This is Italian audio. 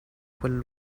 quel